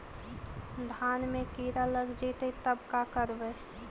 धान मे किड़ा लग जितै तब का करबइ?